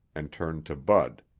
and turned to bud.